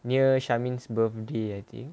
near sharmin's birthday I think